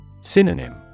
Synonym